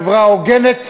חברה הוגנת,